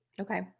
Okay